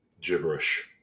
gibberish